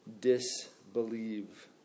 disbelieve